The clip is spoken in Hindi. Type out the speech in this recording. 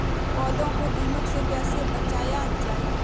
पौधों को दीमक से कैसे बचाया जाय?